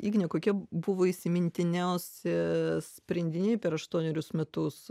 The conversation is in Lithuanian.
igne kokie buvo įsimintiniausi sprendiniai per aštuonerius metus